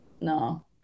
no